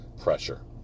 pressure